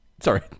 Sorry